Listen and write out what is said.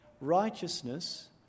righteousness